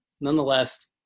nonetheless